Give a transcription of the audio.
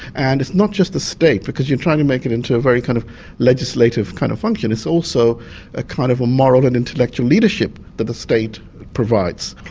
and it's not just the state because you're trying to make it into a very kind of legislative kind of function it's also a kind of a moral and intellectual leadership that the state provides.